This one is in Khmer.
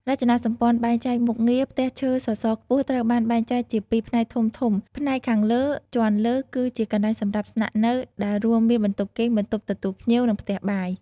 រចនាសម្ព័ន្ធបែងចែកមុខងារ ផ្ទះឈើសសរខ្ពស់ត្រូវបានបែងចែកជាពីរផ្នែកធំៗផ្នែកខាងលើ ជាន់លើ គឺជាកន្លែងសម្រាប់ស្នាក់នៅ ដែលរួមមាន បន្ទប់គេង បន្ទប់ទទួលភ្ញៀវ និង ផ្ទះបាយ ។